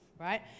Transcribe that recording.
right